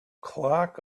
clock